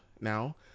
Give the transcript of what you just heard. now